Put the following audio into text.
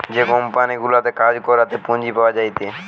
যে কোম্পানি গুলাতে কাজ করাতে পুঁজি পাওয়া যায়টে